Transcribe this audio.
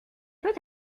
peut